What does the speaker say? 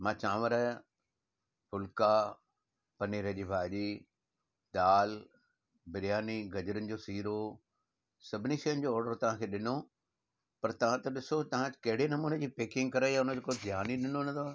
मां चांवरु फुलिका पनीर जी भाॼी दाल बिरयानी गजरुनि जो सीरो सभिनी शयुनि जो ऑडरु तव्हांखे ॾिनो पर तव्हां त ॾिसो तव्हां अॼु कहिड़े नमूने जी पैकिंग कराई आहे हुन जे को ध्यानु ई ॾिनो न अथव